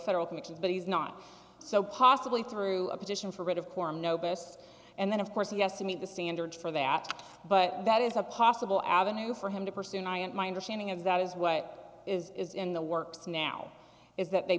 federal commissions but he's not so possibly through a petition for writ of quorum nobis and then of course he has to meet the standard for that but that is a possible avenue for him to pursue and i and my understanding of that is what is in the works now is that they